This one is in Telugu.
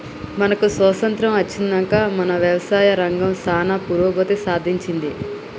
మనకు స్వాతంత్య్రం అచ్చినంక మన యవసాయ రంగం సానా పురోగతి సాధించింది